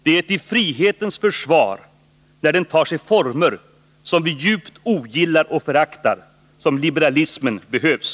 Det är till frihetens försvar när den tar sig former som vi djupt ogillar och föraktar som liberalismen behövs.